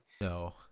No